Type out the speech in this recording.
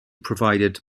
provided